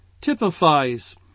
typifies